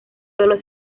solo